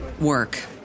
work